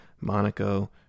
Monaco